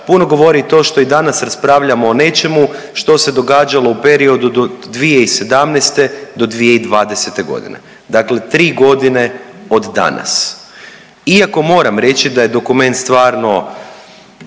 puno govori i to što danas raspravljamo o nečemu što se događalo u periodu od 2017.-2020.g., dakle tri godine od danas. Iako moram reći da je dokument stvarno